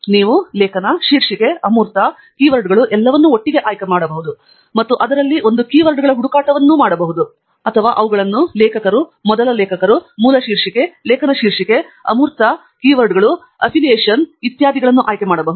ನೀವು ಲೇಖನ ಶೀರ್ಷಿಕೆ ಅಮೂರ್ತ ಕೀವರ್ಡ್ಗಳು ಎಲ್ಲವನ್ನೂ ಒಟ್ಟಿಗೆ ಆಯ್ಕೆಮಾಡಬಹುದು ಮತ್ತು ಅದರಲ್ಲಿ ಒಂದು ಕೀವರ್ಡ್ಗಳ ಹುಡುಕಾಟವನ್ನು ಹುಡುಕಬಹುದು ಅಥವಾ ನೀವು ಅವುಗಳನ್ನು ಲೇಖಕರು ಮೊದಲ ಲೇಖಕರು ಮೂಲ ಶೀರ್ಷಿಕೆ ಲೇಖನ ಶೀರ್ಷಿಕೆ ಅಮೂರ್ತ ಕೀವರ್ಡ್ಗಳು ಅಫಿಲಿಯೇಶನ್ ಹೆಸರು ಇತ್ಯಾದಿಗಳನ್ನು ಆಯ್ಕೆ ಮಾಡಬಹುದು